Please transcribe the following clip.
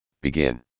Begin